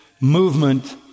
movement